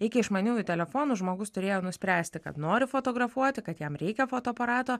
iki išmaniųjų telefonų žmogus turėjo nuspręsti kad nori fotografuoti kad jam reikia fotoaparato